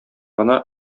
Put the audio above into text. гына